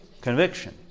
Conviction